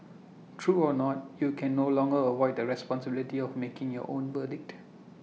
true or not you can no longer avoid the responsibility of making your own verdict